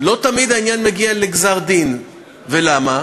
לא תמיד העניין מגיע לפסק-דין, ולמה?